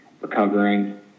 recovering